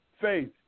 faith